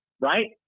right